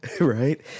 Right